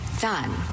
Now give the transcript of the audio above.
done